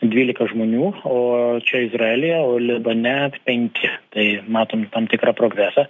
dvylika žmonių o čia izraelyje o libane penki tai matom tam tikrą progresą